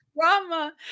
drama